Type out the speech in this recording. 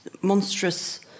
monstrous